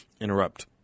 interrupt